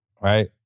right